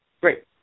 great